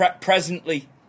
presently